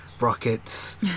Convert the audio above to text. rockets